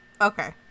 Okay